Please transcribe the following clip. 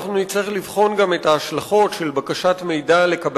אנחנו נצטרך לבחון גם את ההשלכות של בקשה לקבלת